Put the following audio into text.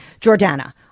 Jordana